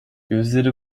gözleri